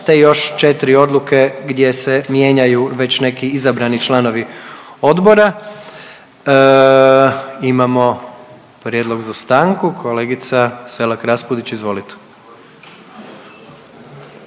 te još 4 odluke gdje se mijenjaju već neki izabrani članovi odbora. Imamo prijedlog za stanku, kolegica Selak Raspudić izvolite.